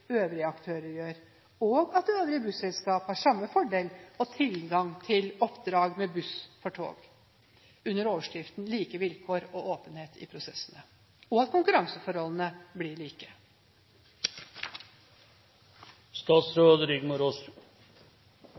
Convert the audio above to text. øvrige aktører gjør, og at øvrige busselskap har samme fordel og tilgang til oppdrag med buss for tog, under overskriften «like vilkår og åpenhet i prosessene», og at konkurranseforholdene blir like.